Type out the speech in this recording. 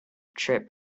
trip